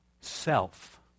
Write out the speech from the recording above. Self